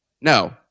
No